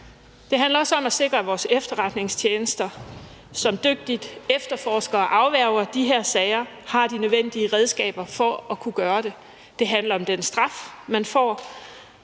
Det handler også om at sikre, at vores efterretningstjenester, som dygtigt efterforsker og afværger de her sager, har de nødvendige redskaber for at kunne gøre det. Det handler om den straf, man får.